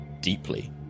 deeply